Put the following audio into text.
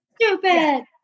Stupid